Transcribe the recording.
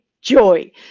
joy